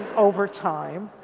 over time.